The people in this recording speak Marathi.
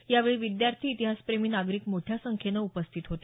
यावेळी विद्यार्थी इतिहासप्रेमी नागरिक मोठ्या संख्येन उपस्थित होते